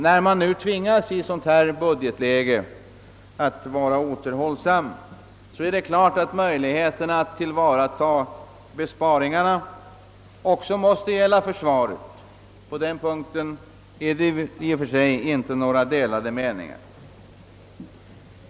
När vi nu tvingas till återhållsamhet, är det klart att detta också måste gälla försvaret. På den punkten råder i och för sig inga delade meningar.